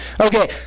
Okay